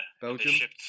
Belgium